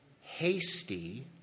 hasty